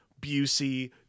Busey